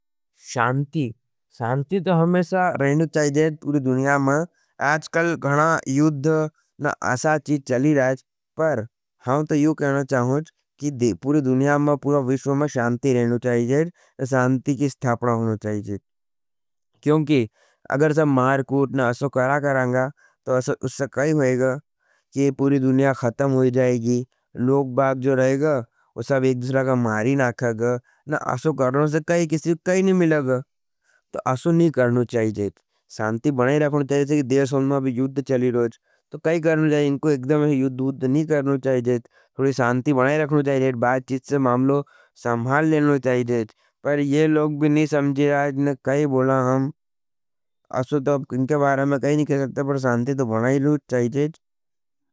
शांति, शांति तो रहनी चाहिय पूरी दुनिया में। आज कल घना युद्ध ऐसो चीज चली रा हे। पर हम तो यू कहना चवाच, की पूरी दुनिया में, पूरी विश्व में शांति होयी जायच हे। क्योंकि जब मार कूट ऐसा करा करेंगा, उसे क्या ही होयेगा। ये पूरी दुनिया खत्म हो जाएगी। लोग बाग जो रहेगा, वो एक दूसरे को मारी नकेगा। वा से एक दूसरे को क्या ही मिलेगा, ऐसो काम नी कर्णो जायेच। शांति बनाये रखने छे, कोनी युद्ध वुध नी कर्णों जायेच। बात चीत से मामलों संभाल लेना जायेच। यह लोग भी न्ही समझे आज क्या बोला हम।